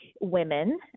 women